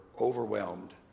overwhelmed